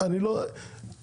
תנו להם אפשרות.